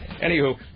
Anywho